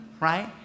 right